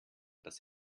dass